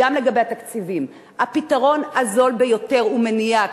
גם לגבי התקציבים, הפתרון הזול ביותר הוא מניעה.